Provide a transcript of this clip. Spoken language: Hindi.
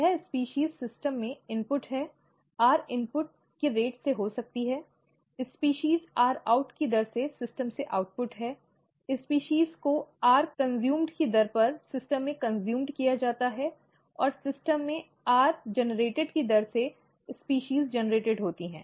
यह प्रजाति सिस्टम में इनपुट है rin की दर से हो सकती है प्रजाति rout की दर से सिस्टम से आउटपुट है प्रजाति को rcon की दर पर सिस्टम में खपत किया जाता है और सिस्टम में rgen की दर से प्रजातियां उत्पन्न होती हैं